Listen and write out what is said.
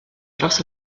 dros